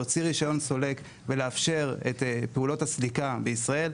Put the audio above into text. להוציא רישיון סולק ולאפשר את פעולות הסליקה בישראל.